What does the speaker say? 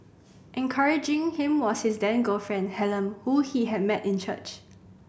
encouraging him was his then girlfriend Helen whom he had met in church